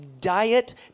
diet